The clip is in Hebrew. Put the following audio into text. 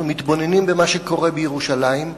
אנחנו מתבוננים במה שקורה בירושלים,